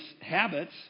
habits